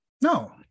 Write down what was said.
No